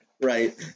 Right